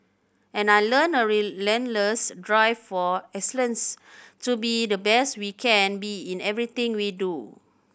and I learnt a relentless drive for excellence to be the best we can be in everything we do